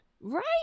Right